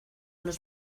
los